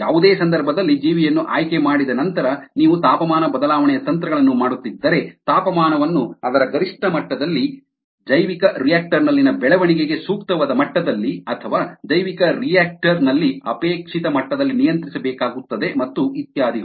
ಯಾವುದೇ ಸಂದರ್ಭದಲ್ಲಿ ಜೀವಿಯನ್ನು ಆಯ್ಕೆ ಮಾಡಿದ ನಂತರ ನೀವು ತಾಪಮಾನ ಬದಲಾವಣೆಯ ತಂತ್ರಗಳನ್ನು ಮಾಡುತ್ತಿದ್ದರೆ ತಾಪಮಾನವನ್ನು ಅದರ ಗರಿಷ್ಠ ಮಟ್ಟದಲ್ಲಿ ಜೈವಿಕರಿಯಾಕ್ಟರ್ ನಲ್ಲಿನ ಬೆಳವಣಿಗೆಗೆ ಸೂಕ್ತವಾದ ಮಟ್ಟದಲ್ಲಿ ಅಥವಾ ಜೈವಿಕರಿಯಾಕ್ಟರ್ ನಲ್ಲಿ ಅಪೇಕ್ಷಿತ ಮಟ್ಟದಲ್ಲಿ ನಿಯಂತ್ರಿಸಬೇಕಾಗುತ್ತದೆ ಮತ್ತು ಇತ್ಯಾದಿಗಳು